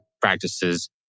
practices